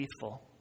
faithful